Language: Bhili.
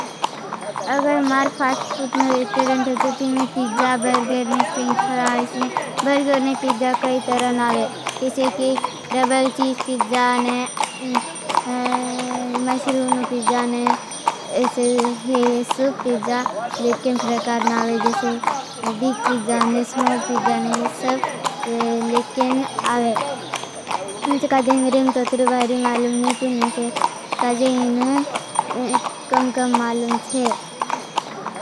अगर मार फास्ट फूट नो लेटरेंट होते थो। तीमें पीजा, बर्गर ने, फ्रेंच फ्राइस ने, बर्गर ने, पीजा कई तरह नावें। जैसे की डबल चीस पीजा ने। मश्रून नो पीजा ने, ये ये सुप पीजा, लेकें प्रकार नावें। मैंने काज़े इनरेंट तो तोर बारी मालूम नहीं। पून मैंसे, काज़े इनरेंट कम-कम मालूम थे।